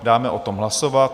Dáme o tom hlasovat.